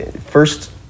First